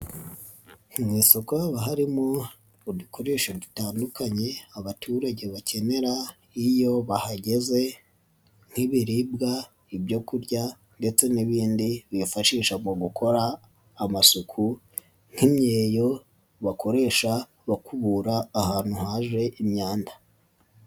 Mu isoko haba harimo udukoresho dutandukanye abaturage bakenera iyo bahageze nk'ibiribwa, ibyo kurya ndetse n'ibindi bifashisha mu gukora amasuku nk'imyeyo bakoresha bakubura ahantu haje imyanda.